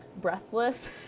Breathless